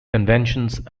conventions